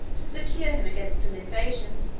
to secure him against an invasion,